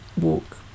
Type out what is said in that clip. walk